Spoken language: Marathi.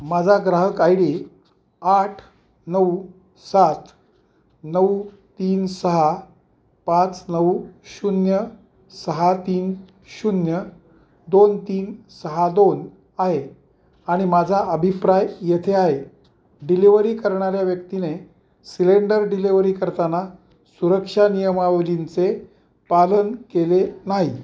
माझा ग्राहक आय डी आठ नऊ सात नऊ तीन सहा पाच नऊ शून्य सहा तीन शून्य दोन तीन सहा दोन आहे आणि माझा अभिप्राय येथे आहे डिलिवरी करणाऱ्या व्यक्तीने सिलेंडर डिलिव्हरी करताना सुरक्षा नियमावलींचे पालन केले नाही